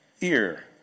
ear